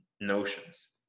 notions